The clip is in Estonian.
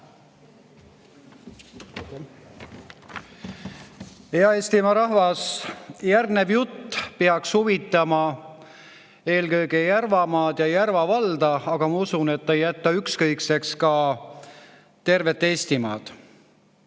Eestimaa rahvas! Järgnev jutt peaks huvitama eelkõige Järvamaad ja Järva valda, aga ma usun, et see ei jäta ükskõikseks ka tervet Eestimaad.